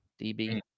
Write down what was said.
DB